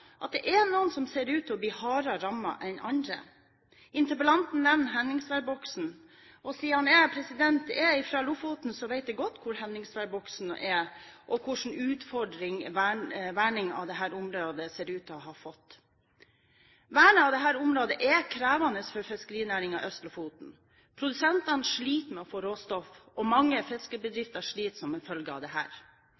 at det er noen som ser ut til å bli hardere rammet enn andre. Interpellanten nevner Henningsværboksen. Siden jeg er fra Lofoten, vet jeg godt hvor Henningsværboksen er, og hvilke utfordringer verningen av dette området ser ut til å ha gitt. Vernet av dette området er krevende for fiskerinæringen i Øst-Lofoten. Produsentene sliter med å få råstoff, og mange